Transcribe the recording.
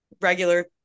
regular